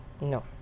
no